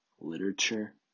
literature